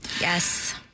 Yes